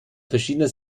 verschiedener